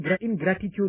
ingratitude